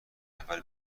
نفر